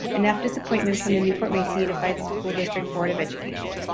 enough disappointments from the newport-mesa unified school district board of education.